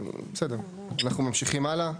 אנחנו ממשיכים הלאה.